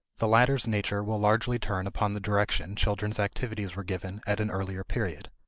the latter's nature will largely turn upon the direction children's activities were given at an earlier period.